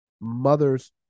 Mothers